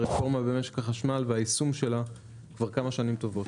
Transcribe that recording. והיישום שלה כבר כמה שנים טובות.